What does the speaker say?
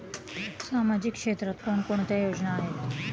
सामाजिक क्षेत्रात कोणकोणत्या योजना आहेत?